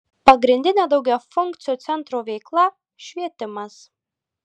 pagrindinė daugiafunkcių centrų veikla švietimas